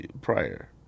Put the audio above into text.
prior